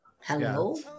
Hello